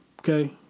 Okay